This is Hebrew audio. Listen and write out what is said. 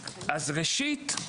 ראשית,